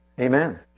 Amen